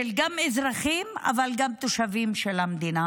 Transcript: גם של אזרחים, אבל גם של תושבים של המדינה.